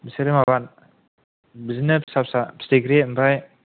बिसोरो माबा बिदिनो फिसा फिसा फिथिख्रि ओमफ्राय